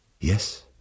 Yes